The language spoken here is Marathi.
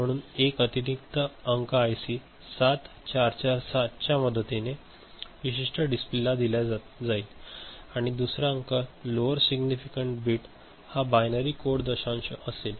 म्हणून 1 अतिरिक्त अंक आयसी 7447 च्या मदतीने विशिष्ट डिस्प्लेला दिला जाईल आणि दुसरा अंक लोअर सिग्निफिकन्ट बिट हा बायनरी कोड दशांश असेल